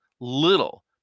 little